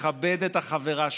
תכבד את החברה שלך.